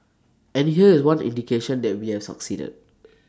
and here is one indication that we have succeeded